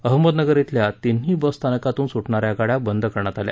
अहमदनगर येथील तिन्ही बस स्थानकातून सुटणाऱ्या गाड्या बंद करण्यात आल्या